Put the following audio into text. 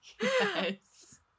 Yes